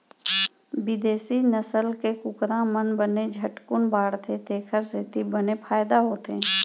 बिदेसी नसल के कुकरा मन बने झटकुन बाढ़थें तेकर सेती बने फायदा होथे